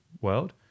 world